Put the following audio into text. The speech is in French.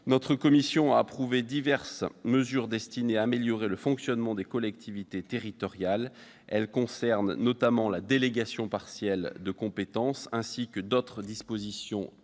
notre commission a approuvé diverses mesures destinées à améliorer le fonctionnement des collectivités territoriales. Ces mesures concernent notamment la délégation partielle de compétences, ainsi que d'autres dispositions techniques,